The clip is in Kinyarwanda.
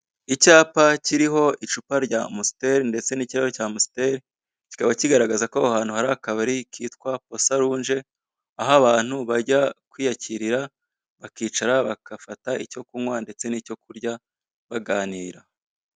Icyapa kiriho icupa rya Amstel ndetse n'ikirahuri cya Amstel kikaba kigaragaza ko aho hantu hari akabari kitwa Posarunje aho abantu bajya kwiyakirira bakicara bagafata icyo kunywa ndetse n'icyo kurya baganira.